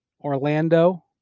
Orlando